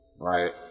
Right